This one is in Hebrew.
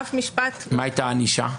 אף משפט --- מה הייתה הענישה?